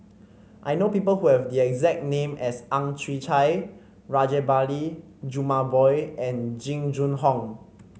I know people who have the exact name as Ang Chwee Chai Rajabali Jumabhoy and Jing Jun Hong